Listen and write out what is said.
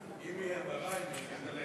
חברי חברי הכנסת,